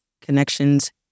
Connections